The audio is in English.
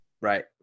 Right